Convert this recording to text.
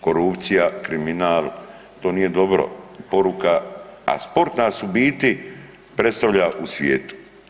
Korupcija, kriminal to nije dobro, poruka, a sport nas u biti predstavlja u svijetu.